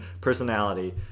personality